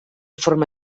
forma